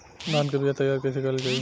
धान के बीया तैयार कैसे करल जाई?